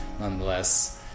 nonetheless